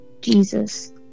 Jesus